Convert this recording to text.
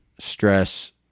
Stress